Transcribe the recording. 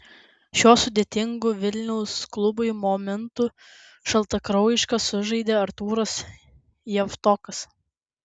šiuo sudėtingu vilniaus klubui momentu šaltakraujiškai sužaidė artūras javtokas